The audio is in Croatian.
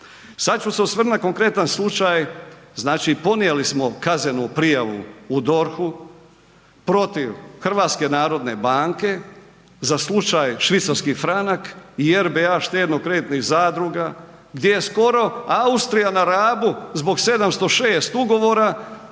Sad ću se osvrnuti na konkretan slučaj, znači podnijeli smo kaznenu prijavu u DORH-u protiv HNB-a za slučaj švicarski franak i RBA štedno-kreditnih zadruga gdje je skoro Austrija na Rabu zbog 706 ugovora,